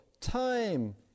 time